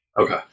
Okay